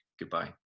Goodbye